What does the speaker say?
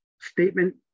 statement